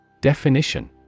Definition